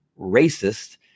racist